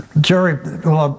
Jerry